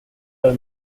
are